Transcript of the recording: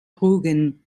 rügen